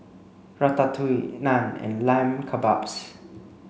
Ratatouille Naan and Lamb Kebabs